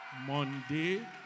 Monday